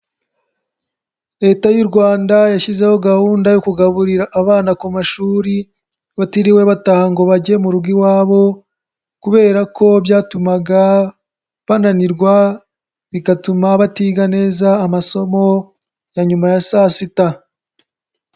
Leta y'u Rwanda yashyizeho gahunda yo kugaburira abana ku mashuri, batiriwe bataha ngo bajye mu rugo iwabo kubera ko byatumaga bananirwa bigatuma batiga neza amasomo ya nyuma ya saa sita.